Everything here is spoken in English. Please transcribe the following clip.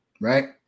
Right